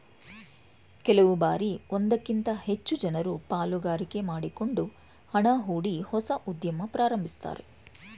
ಕೆಲವು ಬಾರಿ ಒಂದಕ್ಕಿಂತ ಹೆಚ್ಚು ಜನರು ಪಾಲುಗಾರಿಕೆ ಮಾಡಿಕೊಂಡು ಹಣ ಹೂಡಿ ಹೊಸ ಉದ್ಯಮ ಪ್ರಾರಂಭಿಸುತ್ತಾರೆ